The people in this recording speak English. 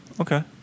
Okay